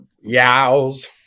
yow's